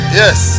yes